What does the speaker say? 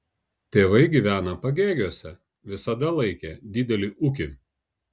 tėvai gyvena pagėgiuose visada laikė didelį ūkį